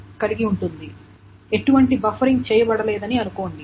మరియు ఎటువంటి బఫరింగ్ చేయబడలేదని అనుకోండి